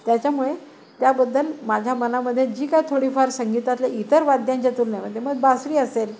त्याच्यामुळे त्याबद्दल माझ्या मनामध्ये जी काय थोडीफार संगीतातल्या इतर वाद्यांच्या तुलनेमध्ये मग बासरी असेल